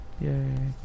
Yay